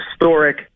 historic